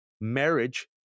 marriage